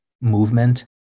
movement